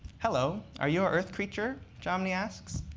hello. are you a earth creature, jomny asks.